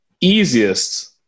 easiest